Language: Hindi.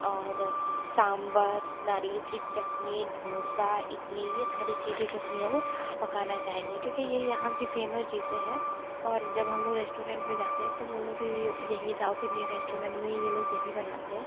और सांबर नारियल की चटनी डोसा इडली ये सारी चीज़ें जो हम लोग पकाना चाहेंगे क्योंकि ये यहाँ कि फेमस डिशें है और जब हम लोग रेश्टोरेंट में जाते हैं तो वो लाेग भी यही साउथ इंडियन रेश्टोरेंट में ये लोग यही बनाते हैं